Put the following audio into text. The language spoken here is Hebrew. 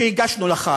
שהגשנו לך,